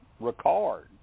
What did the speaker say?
Ricard